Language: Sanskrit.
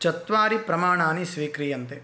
चत्वारि प्रमाणानि स्वीक्रियन्ते